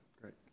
great